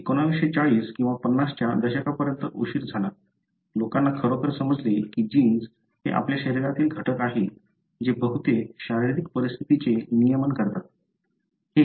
1940 किंवा 50 च्या दशकापर्यंत उशीर झाला लोकांना खरोखर समजले की जीन्स हे आपल्या शरीरातील घटक आहेत जे बहुतेक शारीरिक परिस्थितीचे नियमन करतात